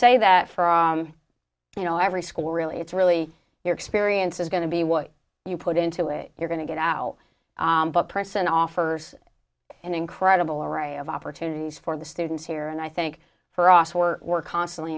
say that from you know every school really it's really your experience is going to be what you put into it you're going to get out of a person offers an incredible array of opportunities for the students here and i think for us we're work constantly